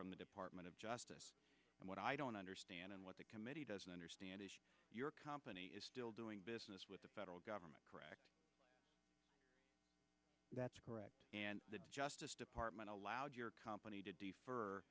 from the department of justice and what i don't understand and what the committee doesn't understand is your company is still doing business with the federal government correct that's correct and the justice department allowed your company to d